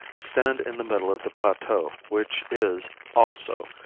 stand in the middle of the plateau which is, also,